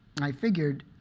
and i figured,